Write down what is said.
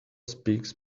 speaks